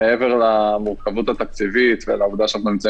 מעבר למורכבות התקציבית ולעובדה שאנחנו נמצאים